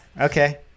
Okay